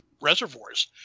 reservoirs